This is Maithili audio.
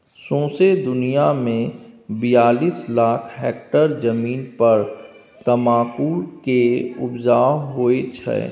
सौंसे दुनियाँ मे बियालीस लाख हेक्टेयर जमीन पर तमाकुल केर उपजा होइ छै